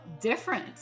different